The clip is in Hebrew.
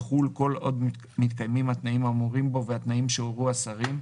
יחול כל עוד מתקיימים התנאים האמורים בו והתנאים שהורו השרים,